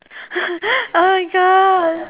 oh my god